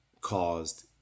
caused